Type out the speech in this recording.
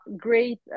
great